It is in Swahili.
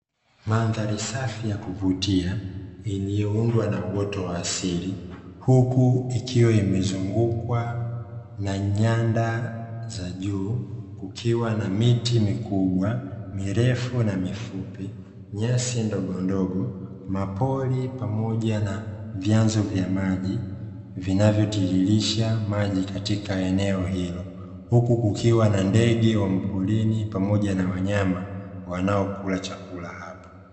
Mandhari safi ya kuvutia iliyoundwa na uoto wa asili, huku ikiwa imezungukwa na nyanda za juu; kukiwa na miti mikubwa, mirefu na mifupi, nyasi ndogondogo, mapori pamoja na vyanzo vya maji vinavyotiririsha maji katika eneo hilo; huku kukiwa na ndege wa mkulini pamoja na wanyama wanaokula chakula hapo.